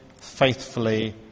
faithfully